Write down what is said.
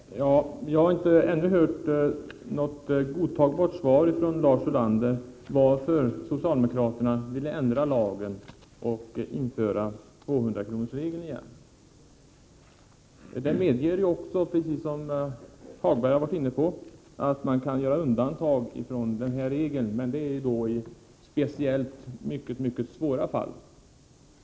Herr talman! Jag har ännu inte hört något godtagbart svar från Lars Ulander på frågan varför socialdemokraterna ville ändra lagen och införa 200-kronorsregeln igen. Det blir möjligt — vilket Lars-Ove Hagberg har varit inne på — att göra undantag från denna regel, men det gäller speciella och mycket svåra fall.